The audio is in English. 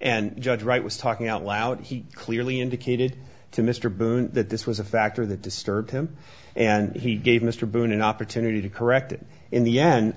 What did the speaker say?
and judge wright was talking out loud he clearly indicated to mr boone that this was a factor that disturbed him and he gave mr boone an opportunity to correct it in the end